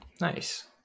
Nice